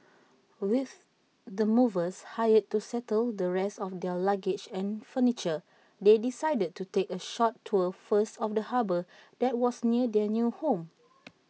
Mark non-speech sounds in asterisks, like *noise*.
with the movers hired to settle the rest of their luggage and furniture they decided to take A short tour first of the harbour that was near their new home *noise*